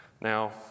Now